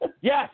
Yes